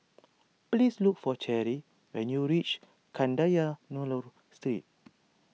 please look for Cheri when you reach Kadayanallur Street